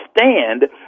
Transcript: understand